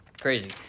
crazy